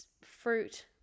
fruit